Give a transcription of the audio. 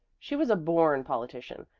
she was a born politician,